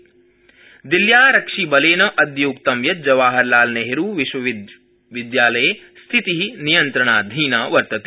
JNU दिल्ल्यारक्षिबलेन अद्य उक्तं यत् जवाहरलालनेहरूविश्वविद्यालये स्थिति नियन्त्रणाधीना वर्तते